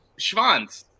schwanz